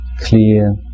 clear